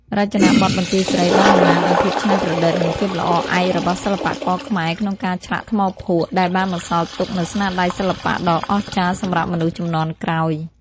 រចនាបថបន្ទាយស្រីបានតំណាងឱ្យភាពច្នៃប្រឌិត និងភាពល្អឯករបស់សិល្បករខ្មែរក្នុងការឆ្លាក់ថ្មភក់ ដែលបានបន្សល់ទុកនូវស្នាដៃសិល្បៈដ៏អស្ចារ្យសម្រាប់មនុស្សជំនាន់ក្រោយ។